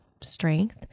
strength